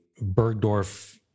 Bergdorf